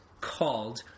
called